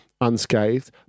unscathed